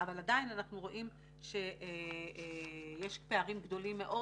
אבל עדיין אנחנו רואים שיש פערים גדולים מאוד